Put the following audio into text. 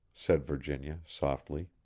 said virginia, softly.